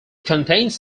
contains